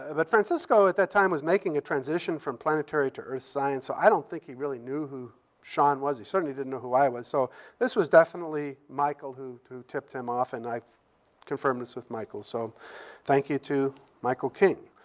ah but francisco at that time was making a transition from planetary to earth science, so i don't think he really knew who sean was. he certainly didn't know who i was. so this was definitely michael who tipped him off, and i've confirmed this with michael. so thank you to michael king.